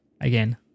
Again